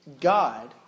God